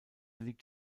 liegt